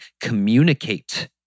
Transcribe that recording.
communicate